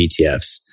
ETFs